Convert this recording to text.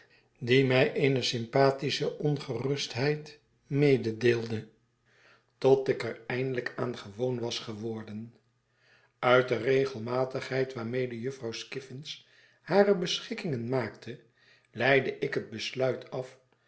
die mij eene sympathische onrustigheid mededeelde tot ik er eindelijk aan gewoon was geworden uit de regelmatigheid waarmede jufvrouw skiffins hare beschikkingen maakte leidde ik het besluit af